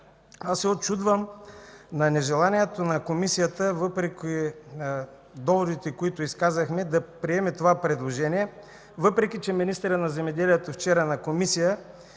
Аз се учудвам на нежеланието на Комисията, въпреки доводите, които изказахме, да приеме това предложение, въпреки че министърът на земеделието и храните вчера на Комисия